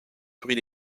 bruit